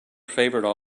favourite